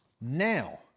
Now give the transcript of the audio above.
now